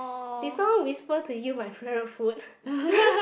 did someone whisper to you my favourite food